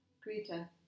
Greta